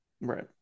Right